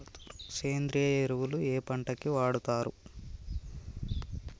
సేంద్రీయ ఎరువులు ఏ పంట కి వాడుతరు?